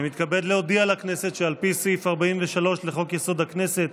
אני מתכבד להודיע לכנסת שעל פי סעיף 43 לחוק-יסוד: הכנסת,